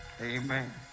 Amen